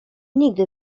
nigdy